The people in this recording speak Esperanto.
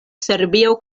serbio